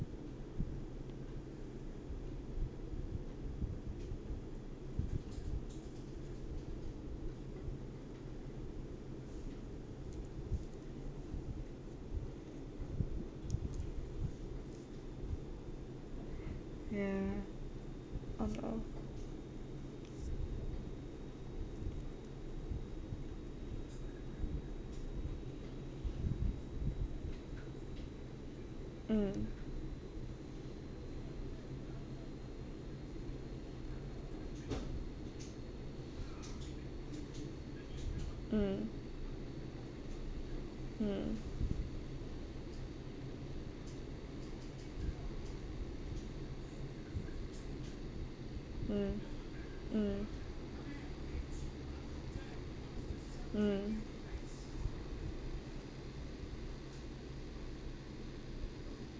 ya mm mm mm mm mm mm